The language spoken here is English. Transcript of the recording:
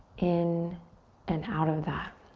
in and out of that